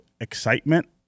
excitement